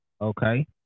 Okay